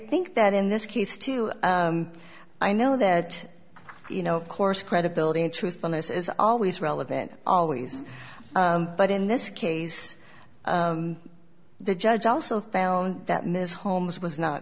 think that in this case too i know that you know of course credibility in truthfulness is always relevant always but in this case the judge also found that miss holmes was not